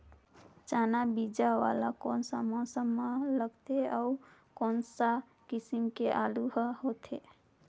चाना बीजा वाला कोन सा मौसम म लगथे अउ कोन सा किसम के आलू हर होथे?